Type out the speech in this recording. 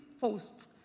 post